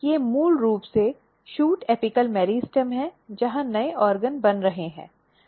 ये मूल रूप से शूट एपिकल मेरिस्टम हैं जहां नए ऑर्गन बन रहे हैं